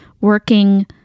working